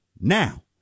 Now